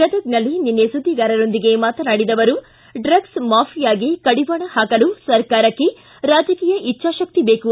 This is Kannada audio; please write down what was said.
ಗದಗನಲ್ಲಿ ನಿನ್ನೆ ಸುದ್ದಿಗಾರೊಂದಿಗೆ ಮಾತನಾಡಿದ ಅವರು ಡ್ರಗ್ಸ್ ಮಾಫಿಯಾಗೆ ಕಡಿವಾಣ ಹಾಕಲು ಸರ್ಕಾರಕ್ಕೆ ರಾಜಕಿಯ ಇಜ್ಬಾಶಕ್ತಿ ಬೇಕು